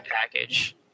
package